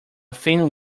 thin